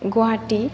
Guwahati